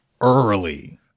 early